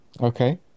Okay